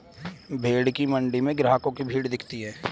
भेंड़ की मण्डी में ग्राहकों की भीड़ दिखती है